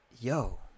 yo